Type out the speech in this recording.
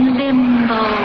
limbo